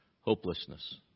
Hopelessness